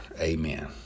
Amen